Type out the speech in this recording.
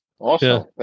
Awesome